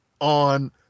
on